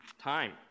time